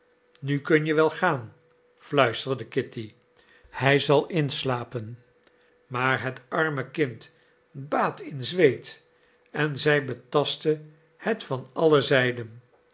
nu kun je wel gaan fluisterde kitty hij zal inslapen maar het arme kind baadt in zweet en zij betastte het van alle zijden